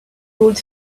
sold